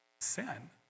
Sin